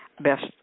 best